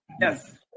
Yes